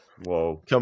Whoa